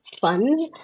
funds